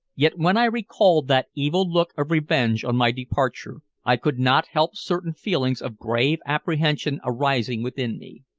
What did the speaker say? yet when i recalled that evil look of revenge on my departure, i could not help certain feelings of grave apprehension arising within me.